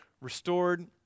Restored